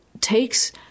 takes